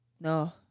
no